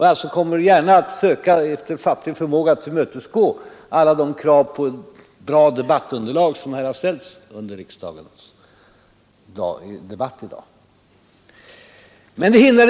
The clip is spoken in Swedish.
Därför kommer jag att efter fattig förmåga försöka tillmötesgå alla de krav på bra debattunderlag som har ställts i dagens diskussion.